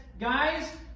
guys